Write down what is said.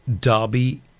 Derby